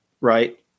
right